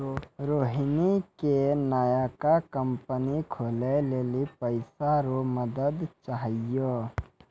रोहिणी के नयका कंपनी खोलै लेली पैसा रो मदद चाहियो